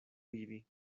vivi